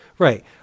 Right